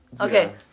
Okay